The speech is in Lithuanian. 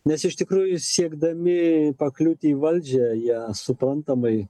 nes iš tikrųjų siekdami pakliūti į valdžią jie suprantamai